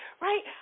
right